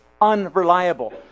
unreliable